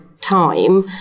time